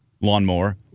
lawnmower